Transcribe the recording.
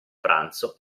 pranzo